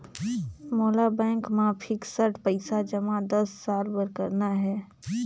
मोला बैंक मा फिक्स्ड पइसा जमा दस साल बार करना हे?